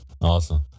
Awesome